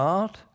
art